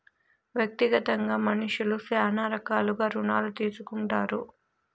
వ్యక్తిగతంగా మనుష్యులు శ్యానా రకాలుగా రుణాలు తీసుకుంటారు